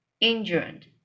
injured